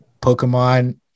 Pokemon